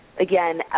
again